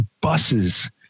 buses